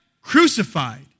crucified